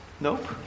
Nope